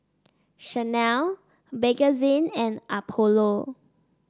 Chanel Bakerzin and Apollo